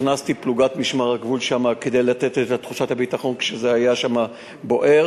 הכנסתי פלוגת משמר הגבול לשם כדי לתת תחושת ביטחון כשהיה שם בוער.